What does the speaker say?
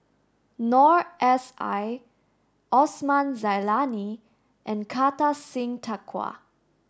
Noor S I Osman Zailani and Kartar Singh Thakral